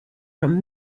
from